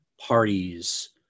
parties